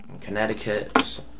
Connecticut